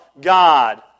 God